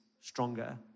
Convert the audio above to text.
stronger